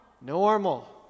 Normal